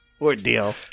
ordeal